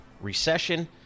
recession